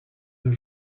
nos